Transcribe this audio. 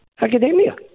academia